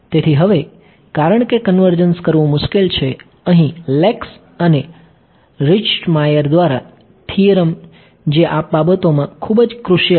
તેથી હવે કારણ કે કન્વર્જન્સ કરવું મુશ્કેલ છે અહીં Lax અને Richtmyer દ્વારા થીયરમ છે જે આ બાબતોમાં ખૂબ જ કૃસિયલ છે